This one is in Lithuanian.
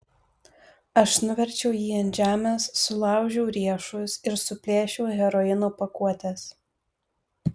aš nuverčiau jį ant žemės sulaužiau riešus ir suplėšiau heroino pakuotes